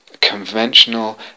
conventional